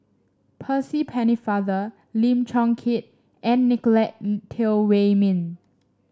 Percy Pennefather Lim Chong Keat and Nicolette Teo Wei Min